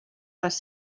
les